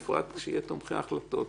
בפרט כשיהיו תומכי החלטות.